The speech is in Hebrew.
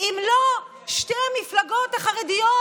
אם לא שתי המפלגות החרדיות,